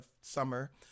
summer